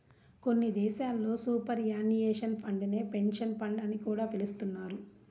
కొన్ని దేశాల్లో superannuation fund నే పెన్షన్ ఫండ్ అని కూడా పిలుస్తున్నారు